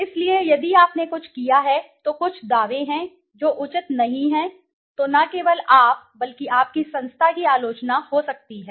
इसलिए यदि आपने कुछ किया है तो कुछ दावे दिए हैं जो उचित नहीं हैं तो न केवल आप बल्कि आपकी संस्था की आलोचना हो सकती है